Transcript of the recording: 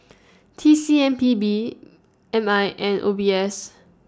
T C M P B M I and O B S